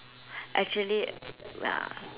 actually ya